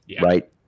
Right